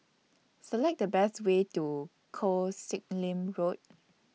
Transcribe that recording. Select The Best Way to Koh Sek Lim Road